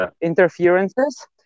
interferences